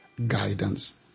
Guidance